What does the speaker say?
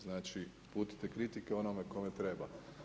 Znači uputite kritike onome kome treba.